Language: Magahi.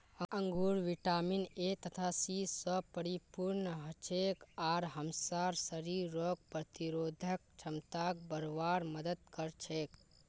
अंगूर विटामिन ए तथा सी स परिपूर्ण हछेक आर हमसार शरीरक रोग प्रतिरोधक क्षमताक बढ़वार मदद कर छेक